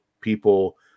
people